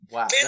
Wow